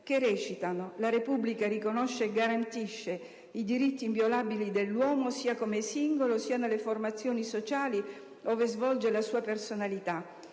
recitano: «La Repubblica riconosce e garantisce i diritti inviolabili dell'uomo, sia come singolo, sia nelle formazioni sociali ove svolge la sua personalità»;